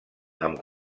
amb